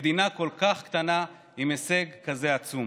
מדינה כל כך קטנה עם הישג כזה עצום.